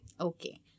Okay